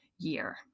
year